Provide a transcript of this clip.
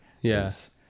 Yes